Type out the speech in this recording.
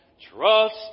Trust